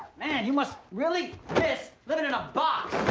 man, you must really miss living and box.